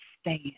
stand